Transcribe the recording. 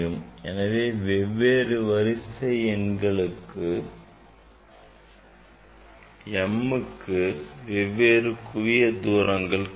எனவே வெவ்வேறு வரிசை எண்களுக்கு mக்கு வெவ்வேறு குவிய தூரங்கள் கிடைக்கும்